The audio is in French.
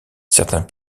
certains